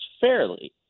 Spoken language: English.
fairly